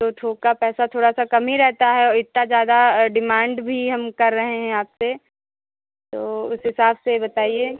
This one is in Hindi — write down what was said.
तो थोक का पैसा थोड़ा सा कम ही रहता है और इतना ज़्यादा डिमांड भी हम कर रहे हैं आपसे तो उस हिसाब से बताइए